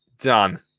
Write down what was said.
Done